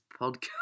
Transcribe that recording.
podcast